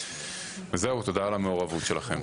וזהו, תודה על המעורבות שלכם.